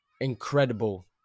incredible